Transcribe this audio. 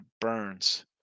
Burns